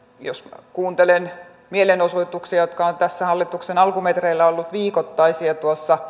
jos kuuntelen mielenosoituksia jotka ovat tässä hallituksen alkumetreillä olleet viikoittaisia